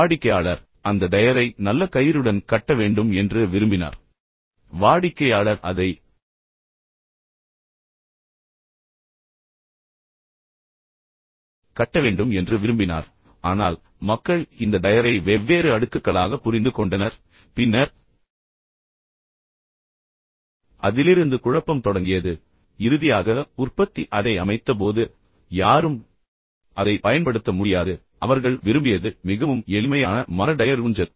வாடிக்கையாளர் அந்த டயரை நல்ல கயிறுடன் கட்ட வேண்டும் என்று விரும்பினார் எனவே வாடிக்கையாளர் அதை கட்ட வேண்டும் என்று விரும்பினார் ஆனால் மக்கள் இந்த டயரை வெவ்வேறு அடுக்குக்களாக புரிந்துகொண்டனர் பின்னர் அதிலிருந்து குழப்பம் தொடங்கியது இறுதியாக உற்பத்தி அதை அமைத்தபோது எனவே யாரும் அதை உண்மையில் இப்போது பயன்படுத்த முடியாது அவர்கள் விரும்பியது மிகவும் எளிமையான மர டயர் ஊஞ்சல்